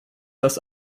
das